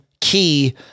key